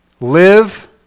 live